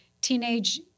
teenage